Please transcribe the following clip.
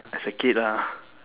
as a kid lah